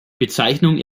bezeichnung